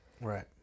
Right